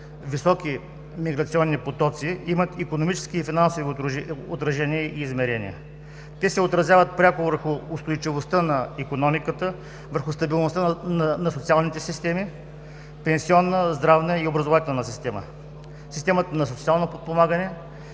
високи миграционни потоци, имат икономическо и финансово отражение и измерение. Те се отразяват пряко върху устойчивостта на икономиката, върху стабилността на социалните системи – пенсионна, здравна и образователна, системата на социално подпомагане. Затова е важно